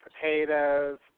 potatoes